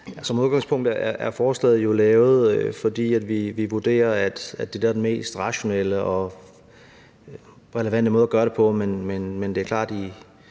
Som udgangspunkt er forslaget jo lavet, fordi vi vurderer, at det er det, der er den mest rationelle og relevante måde at gøre det på. Men det er klart, at i